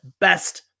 Best